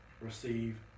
receive